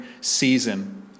Season